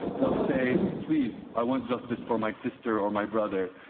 they'll say please, i want justice for my sister or my brother,